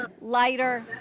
lighter